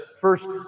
first